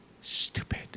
Stupid